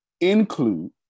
include